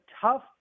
tough